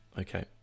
okay